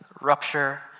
Rupture